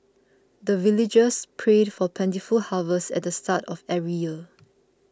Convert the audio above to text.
the villagers pray for plentiful harvest at the start of every year